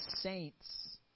saints